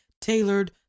tailored